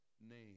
name